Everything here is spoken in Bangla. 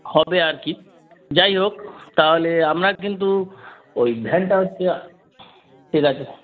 হবে আর কি যাই হোক তাহলে আপনার কিন্তু ওই ভ্যানটা হচ্ছে ঠিক আছে